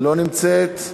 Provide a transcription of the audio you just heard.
לא נמצאת.